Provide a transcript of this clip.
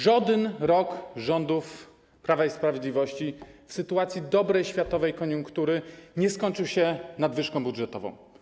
Żaden rok rządów Prawa i Sprawiedliwości w sytuacji dobrej światowej koniunktury nie skończył się nadwyżką budżetową.